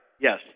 Yes